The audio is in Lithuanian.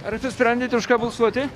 ar apsisprendėt už ką balsuoti